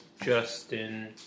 Justin